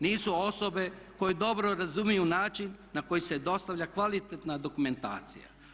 Nisu osobe koje dobro razumiju način na koji se dostavlja kvalitetna dokumentacija.